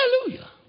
hallelujah